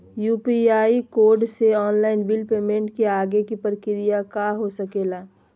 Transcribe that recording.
UPI code से online bill payment के आगे के प्रक्रिया का हो सके ला?